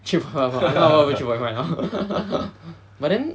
three point five above not even three point five now but then